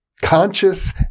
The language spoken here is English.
conscious